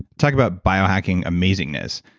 talk about biohacking amazingness.